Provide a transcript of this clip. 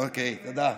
אוקיי, תודה.